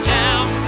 down